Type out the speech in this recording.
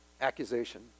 Accusation